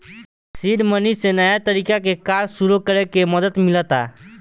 seed money से नया तरह के कार्य सुरू करे में मदद मिलता